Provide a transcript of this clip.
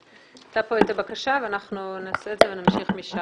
עלתה פה בקשה ואנחנו נעשה את זה ונמשיך משם.